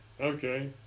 Okay